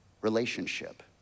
relationship